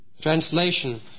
Translation